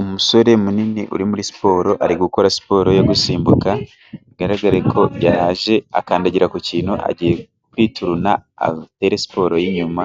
Umusore munini uri muri siporo, ari gukora siporo yo gusimbuka, bigaraga ko yaje akandagira ku kintu agiye kwituruna atere siporo y'inyuma